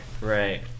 Right